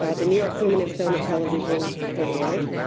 ah the new york women in film and television award,